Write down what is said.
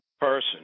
Person